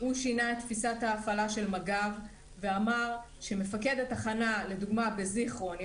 הוא שינה את תפיסת ההפעלה של מג"ב ואמר שלדוגמה בזכרון יעקב,